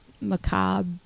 macabre